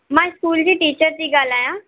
मां स्कूल जी टीचर थी ॻाल्हायां